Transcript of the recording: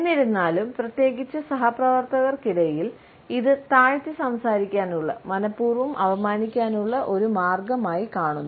എന്നിരുന്നാലും പ്രത്യേകിച്ച് സഹപ്രവർത്തകർക്കിടയിൽ ഇത് താഴ്ത്തി സംസാരിക്കാനുള്ള മനപൂർവ്വം അപമാനിക്കാനുള്ള ഒരു മാർഗമായി കാണുന്നു